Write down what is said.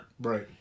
Right